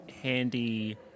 handy